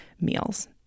meals